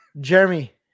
Jeremy